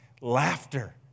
laughter